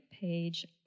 page